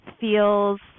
feels